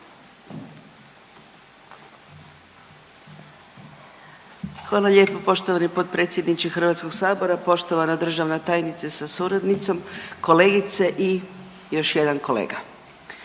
Hvala lijepo poštovani potpredsjedniče HS-a, poštovana državna tajnice sa suradnicom, kolegice i još jedan kolega.